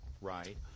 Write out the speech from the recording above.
Right